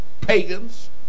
Pagans